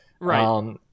Right